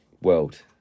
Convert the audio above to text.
world